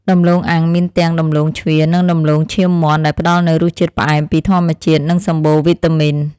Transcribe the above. ដំឡូងអាំងមានទាំងដំឡូងជ្វានិងដំឡូងឈាមមាន់ដែលផ្តល់នូវរសជាតិផ្អែមពីធម្មជាតិនិងសម្បូរវីតាមីន។